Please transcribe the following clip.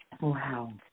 Wow